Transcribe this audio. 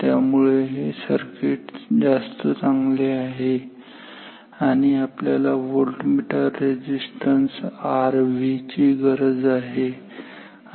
त्यामुळे हे सर्किट जास्त चांगले आहे आणि आपल्याला व्होल्टमीटर रेझिस्टन्स Rv ची गरज आहे ठीक आहे